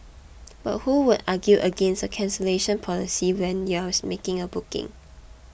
but who would argue against a cancellation policy when you are making a booking